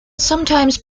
sometimes